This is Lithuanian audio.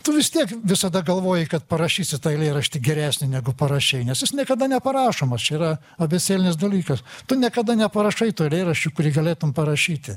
tu vis tiek visada galvoji kad parašysi tą eilėraštį geresnį negu parašei nes jis niekada neparašomas čia yra abėcėlinis dalykas tu niekada neparašai tų eilėraščių kurį galėtum parašyti